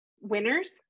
winners